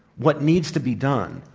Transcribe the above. what needs to be done,